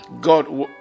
God